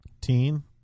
Teen